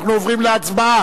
אנחנו עוברים להצבעה.